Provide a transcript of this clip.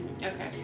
Okay